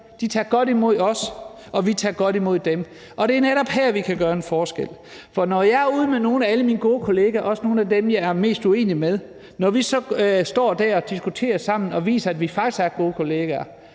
De tager godt imod os, og vi tager godt imod dem. Det er netop her, vi kan gøre en forskel. For når jeg er ude med nogle af mine gode kolleger, også nogle af dem, som jeg er mest uenig med, og når vi så står der og diskuterer sammen og viser, at vi faktisk er gode kolleger,